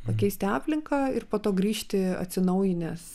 pakeisti aplinką ir po to grįžti atsinaujinęs